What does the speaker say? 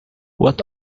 what